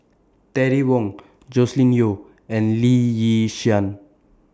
Terry Wong Joscelin Yeo and Lee Yi Shyan